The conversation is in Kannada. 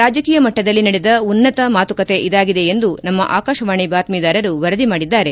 ರಾಜಕೀಯ ಮಟ್ಟದಲ್ಲಿ ನಡೆದ ಉನ್ನತ ಮಾತುಕತೆ ಇದಾಗಿದೆ ಎಂದು ನಮ್ನ ಆಕಾಶವಾಣಿ ಬಾತ್ಲೀದಾರರು ವರದಿ ಮಾಡಿದ್ದಾರೆ